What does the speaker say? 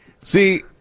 See